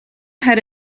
had